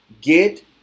get